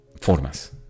formas